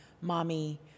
mommy